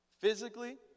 Physically